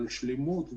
על שלמות,